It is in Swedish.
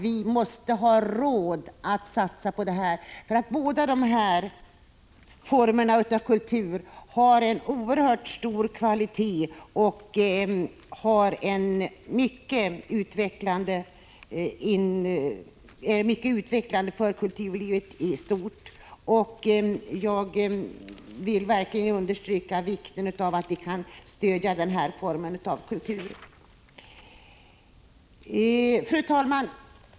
Vi måste ha råd att satsa på detta. Båda dessa former av kultur har nämligen en oerhört hög kvalitet och är mycket utvecklande för kulturlivet i stort. Jag vill verkligen understryka vikten av att man stöder denna form av kultur. Fru talman!